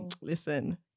listen